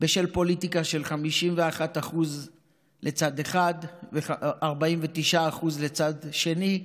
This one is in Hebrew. בשל פוליטיקה של 51% לצד אחד ו-49% לצד שני,